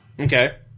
Okay